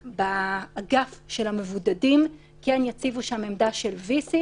שבאגף של המבודדים כן יציבו שם עמדה של VC,